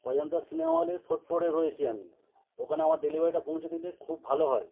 Ajanta cinema হলের fourth ফ্লোরে রয়েছি আমি ওখানে আমার ডেলিভারিটা পৌঁছে দিলে খুব ভালো হয়